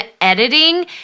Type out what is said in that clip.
editing